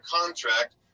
contract